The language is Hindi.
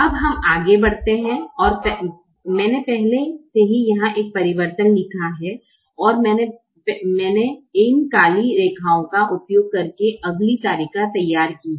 अब हम आगे बढ़ते हैं और मैंने पहले से ही यहाँ एक ही परिवर्तन लिखा है और मैंने इन काली रेखाओं का उपयोग करके अगली तालिका तैयार की है